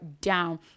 down